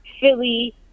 Philly